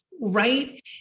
right